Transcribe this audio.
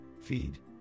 feed